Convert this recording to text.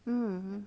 mm mm